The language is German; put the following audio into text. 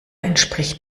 entspricht